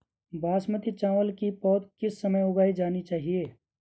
बासमती चावल की पौध किस समय उगाई जानी चाहिये?